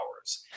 hours